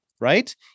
right